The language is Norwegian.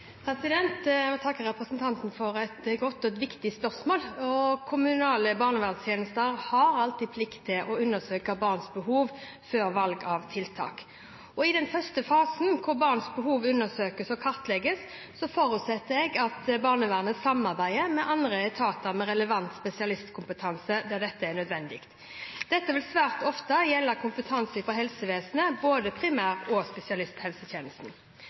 Jeg vil takke representanten for et godt og viktig spørsmål. Kommunale barnevernstjenester har alltid plikt til å undersøke barns behov før valg av tiltak. I denne første fasen, hvor barns behov undersøkes og kartlegges, forutsetter jeg at barnevernet samarbeider med andre etater med relevant spesialistkompetanse der dette er nødvendig. Dette vil svært ofte gjelde kompetanse fra helsevesenet, både fra primær- og spesialisthelsetjenesten.